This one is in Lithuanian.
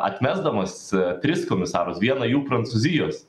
atmesdamas tris komisarus vieną jų prancūzijos